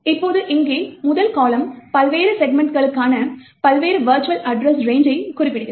இப்போது இங்கே முதல் கால்லம் பல்வேறு செக்மென்ட்ஸ்களுக்கான பல்வேறு வெர்ச்சுவல் அட்ரஸ் ரேன்ஜஸை குறிப்பிடுகிறது